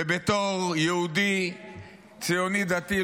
ובתור יהודי ציוני דתי,